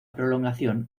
prolongación